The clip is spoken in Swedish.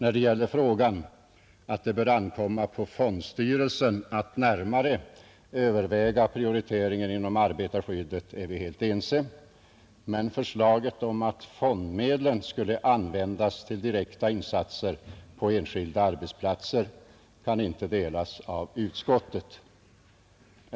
Beträffande frågan att det bör ankomma på fondstyrelsen att närmare överväga prioriteringen inom arbetarskyddet är vi helt ense, men förslaget att fondmedlen skall användas till direkta insatser på enskilda arbetsplatser kan inte delas av utskottet.